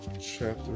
chapter